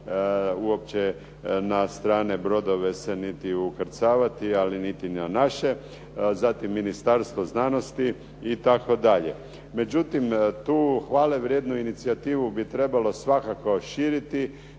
uopće na strane brodove se niti ukrcavati, ali niti na naše. Zatim, Ministarstvo znanosti, itd. Međutim tu hvalevrijednu inicijativu bi trebalo svakako širiti,